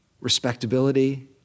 respectability